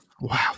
Wow